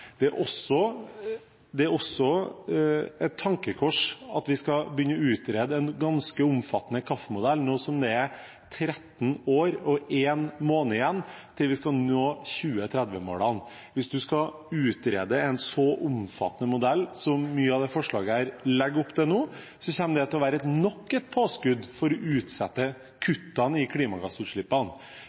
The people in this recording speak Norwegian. Det er også et tankekors at vi skal begynne å utrede en ganske omfattende KAF-modell, nå som det er 13 år og 1 måned igjen til vi skal nå 2030-målene. Hvis man skal utrede en så omfattende modell som mye av dette forslaget legger opp til nå, kommer det til å være nok et påskudd for å utsette kuttene i klimagassutslippene.